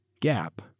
gap